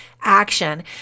action